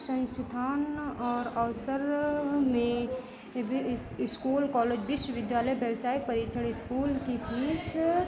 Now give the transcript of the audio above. संस्थान और औसर में इस्कूल कॉलेज विश्वविद्यालय बैबसाइक परिक्षण इस्कूल की फ़ीस